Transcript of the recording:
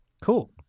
Cool